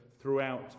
throughout